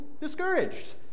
discouraged